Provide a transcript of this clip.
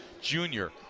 junior